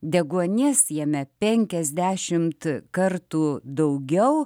deguonies jame penkiasdešimt kartų daugiau